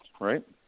right